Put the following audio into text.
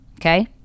okay